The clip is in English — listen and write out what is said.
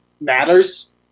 matters